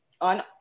on